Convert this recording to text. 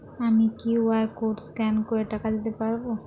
আমি QR code scan করে টাকা দিতে পারবো?